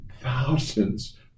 thousands